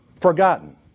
forgotten